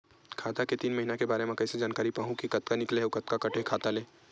खाता के तीन महिना के बारे मा कइसे जानकारी पाहूं कि कतका निकले हे अउ कतका काटे हे खाता ले?